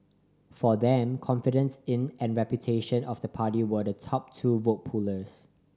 for them confidence in and reputation of the party were the top two vote pullers